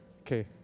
Okay